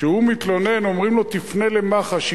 כשהוא מתלונן אומרים לו: תפנה למח"ש.